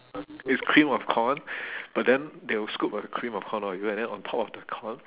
it's cream of corn but then they will scoop the cream of corn [one] you know and then on top of the corn